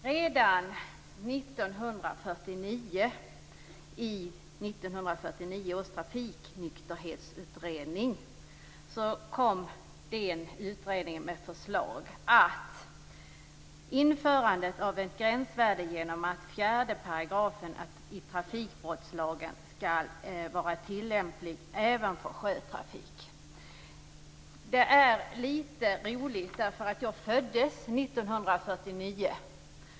Redan i 1949 års trafiknykterhetsutredning kom man med förslaget om införandet av ett gränsvärde genom att 4 § i trafikbrottslagen skulle vara tillämplig även för sjötrafik. Det är lite roligt eftersom jag föddes 1949.